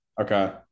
Okay